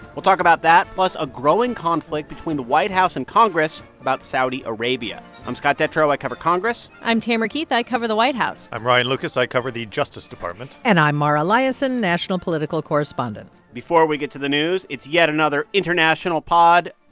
we'll talk about that, plus a growing conflict between the white house and congress about saudi arabia. i'm scott detrow. i cover congress i'm tamara keith. i cover the white house i'm ryan lucas. i cover the justice department and i'm mara liasson, national political correspondent before we get to the news, it's yet another international pod.